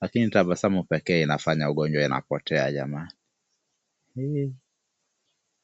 lakini tabasamu pekee inafanya ugonjwa inapotea jamani.